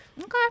okay